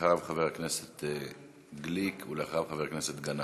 אחריו, חבר הכנסת גליק, ואחריו, חבר הכנסת גנאים.